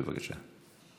בבקשה.